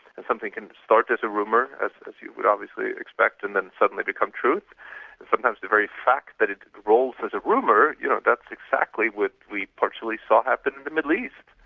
and something can start as a rumour as as you would obviously expect, and then suddenly become truth, and sometimes the very fact that it rolls as a rumour, you know, that's exactly what we virtually saw happen in the middle east.